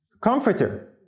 comforter